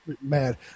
mad